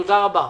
תודה רבה.